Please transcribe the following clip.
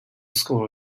school